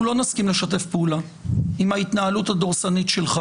אנחנו לא נסכים לשתף פעולה עם ההתנהלות הדורסנית שלך